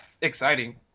exciting